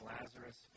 Lazarus